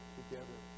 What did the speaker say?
together